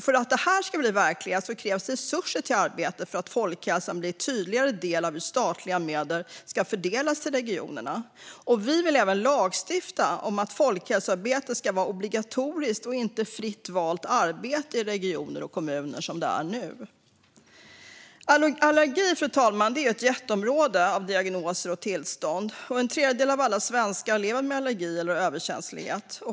För att detta ska bli verklighet krävs resurser. Arbetet för folkhälsan måste bli en tydligare del i hur statliga medel ska fördelas till regionerna. Vi vill även lagstifta om att folkhälsoarbetet ska vara obligatoriskt och inte "fritt valt arbete" i regioner och kommuner, som det är nu. Allergi, fru talman, är ett jätteområde av diagnoser och tillstånd. En tredjedel av alla svenskar lever med allergi eller överkänslighet.